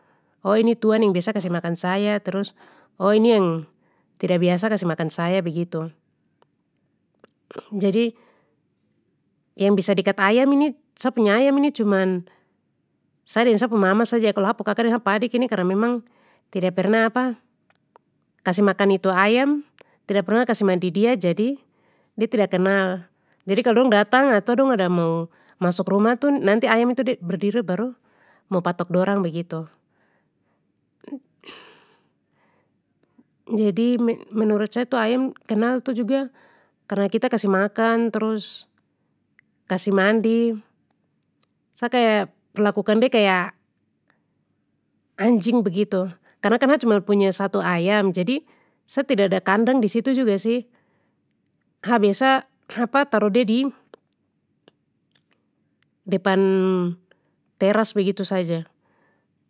Oh ini tuan yang biasa kasih makan saya terus oh ini yang tida biasa kasih makan saya begitu. Jadi, yang bisa dekat ayam ini sa punya ayam ini cuman, sa deng sa pu mama kalo hapu kaka deng hapu adik ini karna memang tidak pernah kasih makan itu ayam, tidak pernah kasih mandi dia jadi, de tidak kenal, jadi kalo dong datang atau dong ada mau masuk rumah tu nanti ayam tu de berdiri baru mau patok dorang begitu. Jadi me-menurut ayam tu kenal juga karna kita kasih makan terus kasih mandi, sa kaya perlakukan de kaya, anjing begitu karna kan a cuma punya satu ayam jadi sa tidada kandang disitu juga sih, ha biasa apa taruh de di, depan, teras begitu saja.